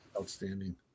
Outstanding